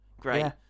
Great